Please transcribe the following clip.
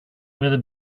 wear